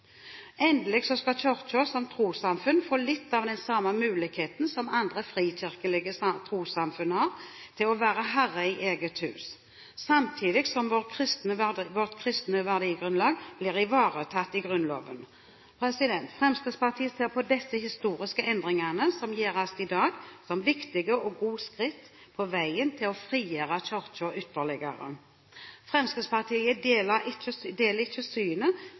Endelig skal Kirken som trossamfunn få litt av den samme muligheten som andre frikirkelige trossamfunn har til å være herre i eget hus, samtidig som vårt kristne verdigrunnlag blir ivaretatt i Grunnloven. Fremskrittspartiet ser på disse historiske endringene som gjøres i dag, som viktige og gode skritt på veien til å frigjøre Kirken ytterligere. Fremskrittspartiet deler ikke